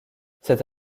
cette